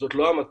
זאת לא המטרה,